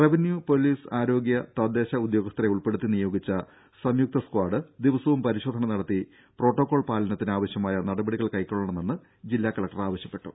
revenue police ആരോഗ്യ തദ്ദേശ ഉദ്യോഗസ്ഥരെ ഉൾപ്പെടുത്തി നിയോഗിച്ച സംയുക്ത സ്ക്വാഡ് ദിവസവും പരിശോധന നടത്തി പ്രോട്ടോക്കോൾ പാലനത്തിന് ആവശ്യമായ നടപടികൾ കൈക്കൊള്ളണമെന്നും ജില്ലാ കലക്ടർ ആവശ്യപ്പെട്ടു